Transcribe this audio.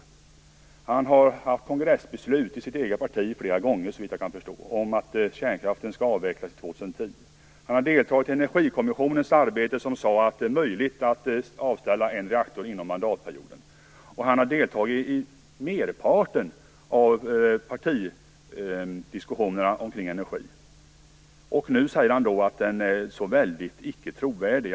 Han har, såvitt jag kan förstå, haft kongressbeslut i sitt eget parti flera gånger om att kärnkraften skall avvecklas till år 2010. Han har deltagit i Energikommissionens arbete där man sade att det är möjligt att avställa en reaktor inom mandatperioden, och han har deltagit i merparten av partidiskussionerna om energin. Nu säger han att energipolitiken inte är trovärdig.